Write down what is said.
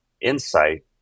insight